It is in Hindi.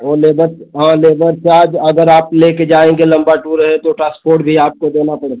वो लेबर हाँ लेबर चार्ज अगर आप लेकर जाएँगे लम्बा टूर है तो ट्रांसपोर्ट भी आपको देना पड़ेगा